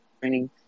training